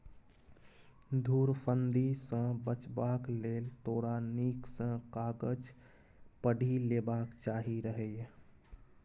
धुरफंदी सँ बचबाक लेल तोरा नीक सँ कागज पढ़ि लेबाक चाही रहय